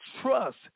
trust